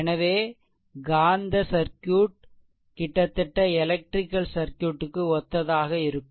எனவே காந்த சர்க்யூட்circuit கிட்டத்தட்ட எலெக்ட்ரிக்கல் சர்க்யூட் க்கு ஒத்ததாக இருக்கும்